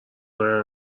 لای